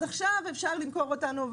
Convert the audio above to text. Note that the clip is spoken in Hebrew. אז עכשיו אפשר למכור אותנו,